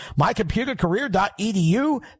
mycomputercareer.edu